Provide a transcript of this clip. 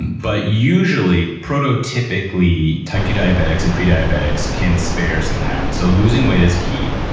but usually, prototypically, type two diabetics and prediabetics can spare some pounds. so losing weight is key.